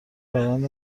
روند